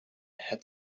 had